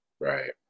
Right